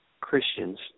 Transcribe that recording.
Christians